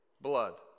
blood